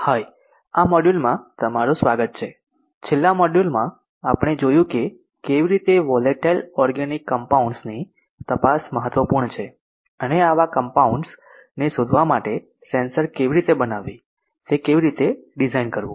હાય આ મોડ્યુલમાં તમારું સ્વાગત છે છેલ્લા મોડ્યુલમાં આપણે જોયું કે કેવી રીતે વોલેટાઈલ ઓર્ગેનિક કંપાઉંડસ ની તપાસ મહત્વપૂર્ણ છે અને આવા કંપાઉંડસ ને શોધવા માટે સેન્સર કેવી રીતે બનાવવી તે કેવી રીતે ડિઝાઇન કરવું